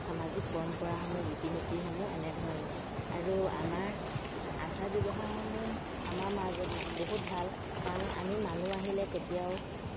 সামাজিক পৰম্পৰাসমূহ ৰীতি নীতিসমূহ এনেধৰণৰ আৰু আমাৰ আচাৰ ব্যৱহাৰসমূহ আমাৰ মাজত বহুত ভাল কাৰণ আমি মানুহ আহিলে কেতিয়াও